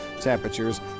temperatures